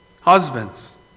Husbands